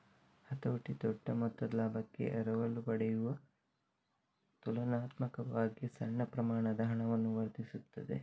ಹತೋಟಿ ದೊಡ್ಡ ಮೊತ್ತದ ಲಾಭಕ್ಕೆ ಎರವಲು ಪಡೆಯುವ ತುಲನಾತ್ಮಕವಾಗಿ ಸಣ್ಣ ಪ್ರಮಾಣದ ಹಣವನ್ನು ವರ್ಧಿಸುತ್ತದೆ